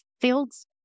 fields